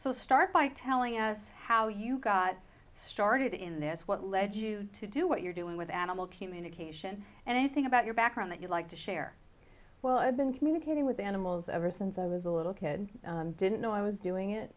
so start by telling us how you got started in this what led you to do what you're doing with animal communication and anything about your background that you'd like to share well i've been communicating with animals ever since i was a little kid didn't know i was doing it